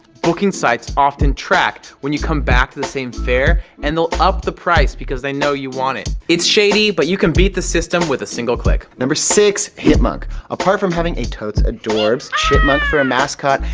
bookings sites often track when you come back to the same fare, and they'll up the price because they know you want it. it's shady, but you can beat the system with a single click. number six hipmunk apart from having a totes adorbs chipmunk for a mascot,